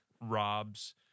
Rob's